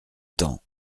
temps